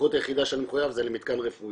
הסמכות היחידה שאני מחויב זה למתקן רפואי